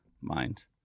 mind